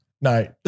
No